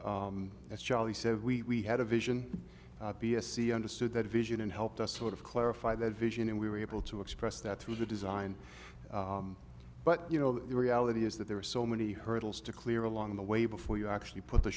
as we had a vision understood that vision and helped us sort of clarify that vision and we were able to express that through the design but you know the reality is that there are so many hurdles to clear along the way before you actually put the